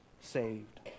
saved